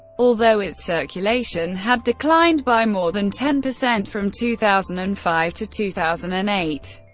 although its circulation had declined by more than ten percent from two thousand and five to two thousand and eight,